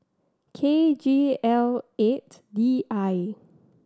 K G L eight D I